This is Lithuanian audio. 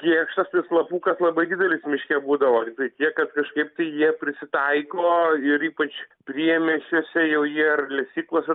kėkštas tai slapukas labai didelis miške būdavo tiktai tiek kad kažkaip tai jie prisitaiko ir ypač priemiesčiuose jau jie ir lesyklose